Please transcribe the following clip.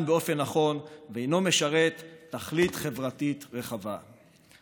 באופן נכון ואינו משרת תכלית חברתית רחבה.